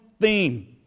theme